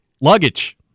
luggage